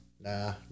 Nah